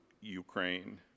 Ukraine